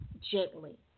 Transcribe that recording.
Gently